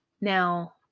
Now